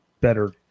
better